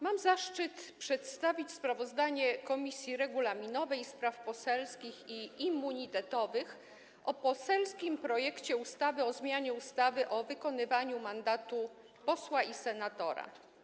Mam zaszczyt przedstawić sprawozdanie Komisji Regulaminowej, Spraw Poselskich i Immunitetowych o poselskim projekcie ustawy o zmianie ustawy o wykonywaniu mandatu posła i senatora.